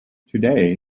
today